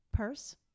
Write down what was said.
purse